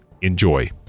enjoy